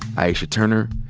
aisha turner,